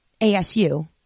ASU